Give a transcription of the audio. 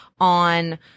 on